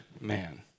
man